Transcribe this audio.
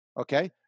okay